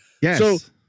Yes